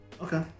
Okay